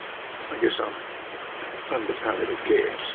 i guess i'm under palliative care,